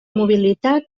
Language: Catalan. mobilitat